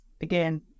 again